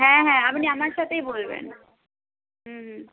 হ্যাঁ হ্যাঁ আপনি আমার সাথেই বলবেন হুম